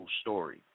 story